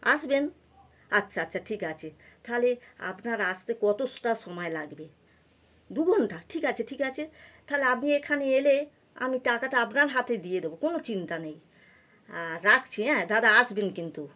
আসবেন আচ্ছা আচ্ছা ঠিক আছে তাহলে আপনার আসতে কতোটা সমায় লাগবে দু ঘন্টা ঠিক আছে ঠিক আছে তাহলে আপনি এখানে এলে আমি টাকাটা আপনার হাতে দিয়ে দোবো কোনো চিন্তা নেই রাখছি হ্যাঁ দাদা আসবেন কিন্তু